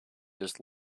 just